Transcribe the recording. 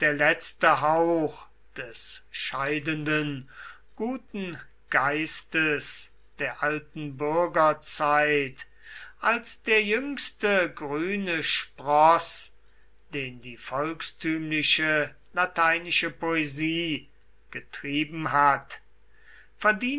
letzte hauch des scheidenden guten geistes der alten bürgerzeit als der jüngste grüne sproß den die volkstümliche lateinische poesie getrieben hat verdienten